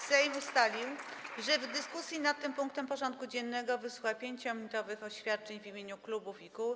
Sejm ustalił, że w dyskusji nad tym punktem porządku dziennego wysłucha 5-minutowych oświadczeń w imieniu klubów i kół.